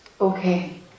Okay